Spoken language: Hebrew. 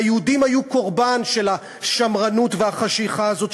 והיהודים היו קורבן של השמרנות והחשכה הזו,